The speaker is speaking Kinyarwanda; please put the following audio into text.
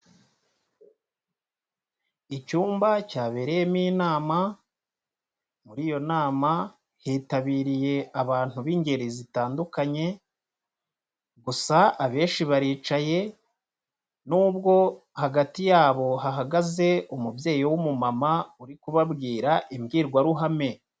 Icyumba cyabereyemo inama, muri iyo nama hitabiriye abantu b'ingeri zitandukanye gusa abenshi baricaye n'ubwo hagati yabo hahagaze umubyeyi w'umumama uri kubabwira imbwirwaruhame.